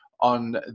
on